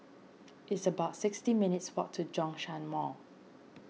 it's about sixty minutes' walk to Zhongshan Mall